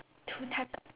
two types